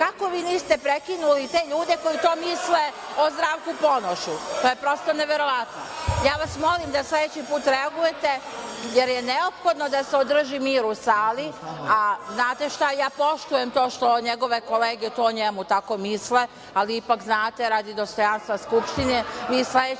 kako vi niste prekinuli te ljude koji to misle o Zdravku Ponošu? To je prosto neverovatno. Ja vas molim da sledeći put reagujete, jer je neophodno da se održi mir u sali, a znate šta, ja poštujem to što njegove kolege to o njemu tako misle, ali ipak, znate, radi dostojanstva Skupštine